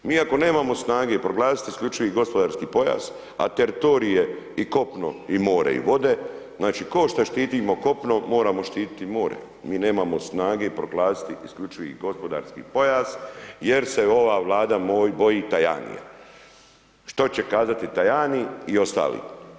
Mi ako nemamo snage proglasiti isključivi gospodarski pojas, a teritorij je i kopno i more i vode znači, košto štitimo kopno, moramo štititi i more, mi nemamo snage proglasiti isključivi gospodarski pojas jer se ova Vlada boji Tajanija, što će kazati Tajani i ostali.